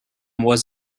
was